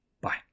Bye